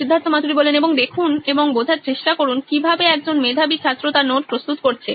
Siddharth Maturi C E O নোইন electronics এবং দেখুন এবং বোঝার চেষ্টা করুন কিভাবে একজন মেধাবী ছাত্র তার নোট প্রস্তুত করছে